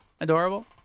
adorable